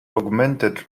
augmented